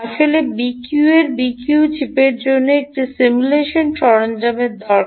আসলে BQ র এই বিকিউ চিপের জন্য একটি সিমুলেশন সরঞ্জাম রয়েছে